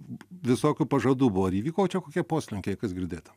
visokių pažadų buvo ar įvyko čia kokie poslinkiai kas girdėt